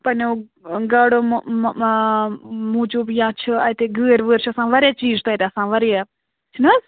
پَننیو گاڈو موٗجوٗب یا چھِ اَتہِ گٲرۍ وٲرۍ چھِ آسان واریاہ چیٖز تَتہِ آسان واریاہ چھِ نہٕ حظ